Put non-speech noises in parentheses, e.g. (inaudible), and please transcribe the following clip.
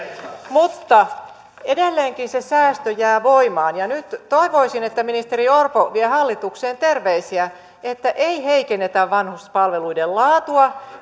mutta edelleenkin se säästö jää voimaan nyt toivoisin että ministeri orpo vie hallitukseen terveisiä että ei heikennetä vanhuspalveluiden laatua (unintelligible)